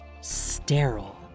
sterile